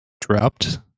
dropped